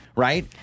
Right